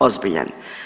Ozbiljan.